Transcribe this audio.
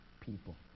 people